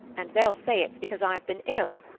and they'll say it's because i've been ill,